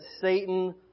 Satan